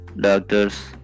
doctors